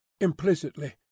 implicitly